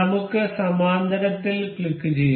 നമുക്ക് സമാന്തരത്തിൽ ക്ലിക്കുചെയ്യുക